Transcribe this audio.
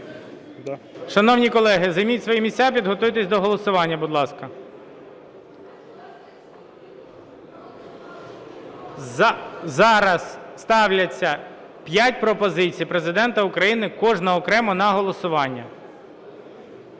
Шановні колеги, займіть свої місця, підготуйтесь до голосування, будь ласка. Зараз ставляться п'ять пропозицій Президента України, кожна окремо на голосування.